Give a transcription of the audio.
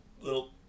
little